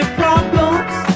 problems